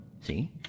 see